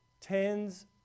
tens